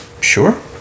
Sure